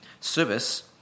Service